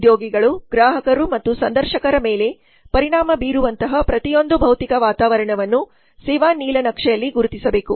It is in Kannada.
ಉದ್ಯೋಗಿಗಳು ಗ್ರಾಹಕರು ಮತ್ತು ಸಂದರ್ಶಕರ ಮೇಲೆ ಪರಿಣಾಮ ಬೀರುವಂತಹ ಪ್ರತಿಯೊಂದು ಭೌತಿಕ ವಾತಾವರಣವನ್ನು ಸೇವಾ ನೀಲನಕ್ಷೆಯಲ್ಲಿ ಗುರುತಿಸಬೇಕು